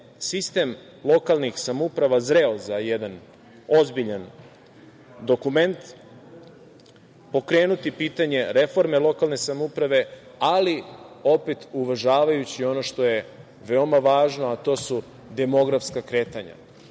sistem lokalnih samouprava zreo za jedan ozbiljan dokument, pokrenuti pitanje reforme lokalne samouprave, ali opet uvažavajući ono što je veoma važno, a to su demografska kretanja,